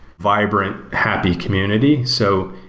vibrant, happy community. so,